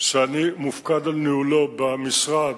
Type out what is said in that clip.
שאני מופקד על ניהולו במשרד,